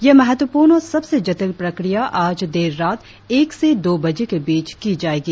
ये महत्वपूर्ण और सबसे जटिल प्रक्रिया आज देर रात एक से दो बजे के बीच की जाएगी